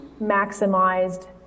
maximized